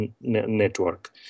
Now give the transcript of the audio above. network